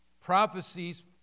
prophecies